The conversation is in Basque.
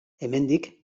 hemendik